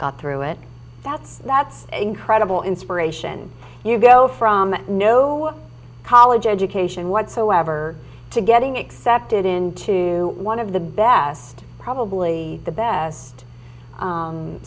pruitt that's that's incredible inspiration you go from no college education whatsoever to getting accepted into one of the best probably the best